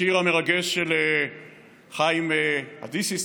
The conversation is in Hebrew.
השיר המרגש של חיים אידיסיס,